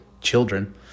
children